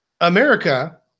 America